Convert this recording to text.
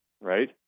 right